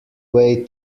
way